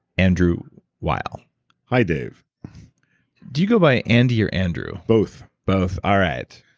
andrew weil hi, dave do you go by andy or andrew? both both. all right.